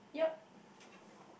yup